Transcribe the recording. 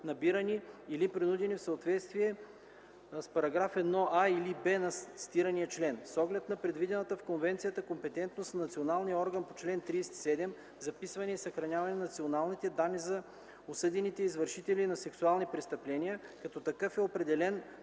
набирани или принудени в съответствие с параграф 1а или „б” на цитирания член. С оглед на предвидената в конвенцията компетентност на националния орган по чл. 37 - „Записване и съхраняване на националните данни за осъдените извършители на сексуални престъпления”, като такъв е определен